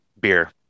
beer